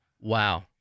Wow